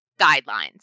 guidelines